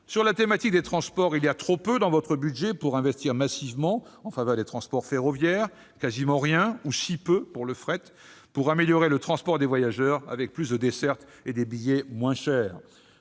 Sur la thématique des transports, il y a trop peu dans votre projet de budget pour investir massivement en faveur des transports ferroviaires, quasiment rien pour le fret, pour améliorer le transport des voyageurs avec davantage de dessertes et des billets moins chers.